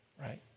right